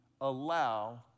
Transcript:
allow